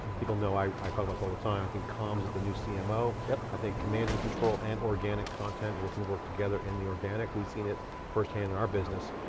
people know i talk about it all the time. i think comms is the new cmo yeah i think command and control and organic content work and work together in the organic. we've seen it first hand in our business.